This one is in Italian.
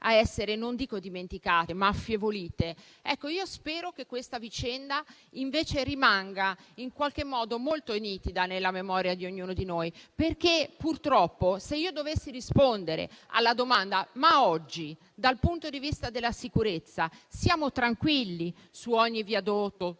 ad essere dimenticate, ma ad affievolirsi nel ricordo, spero che questa vicenda rimanga invece molto nitida nella memoria di ognuno di noi, perché purtroppo se dovessi rispondere alla domanda se oggi dal punto di vista della sicurezza siamo tranquilli su ogni viadotto,